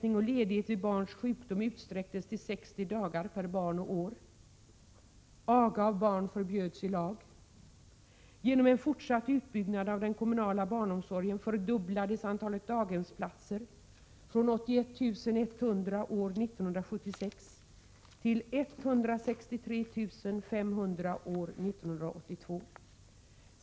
Genom en fortsatt utbyggnad av den kommunala barnomsorgen fördubblades antalet daghemsplatser från 81 100 år 1976 till 163 500 år 1982.